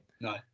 No